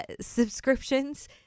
Subscriptions